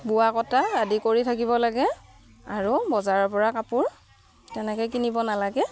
বোৱা কটা আদি কৰি থাকিব লাগে আৰু বজাৰৰপৰা কাপোৰ তেনেকৈ কিনিব নালাগে